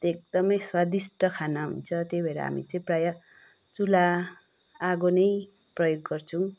एकदमै स्वादिष्ट खाना हुन्छ त्यही भएऱ हामी चाहिँ प्राय चुल्हा आगो नै प्रयोग गर्छौँ